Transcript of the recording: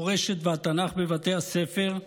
המורשת והתנ"ך בבתי הספר,